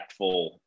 impactful